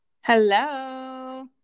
Hello